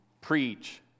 preach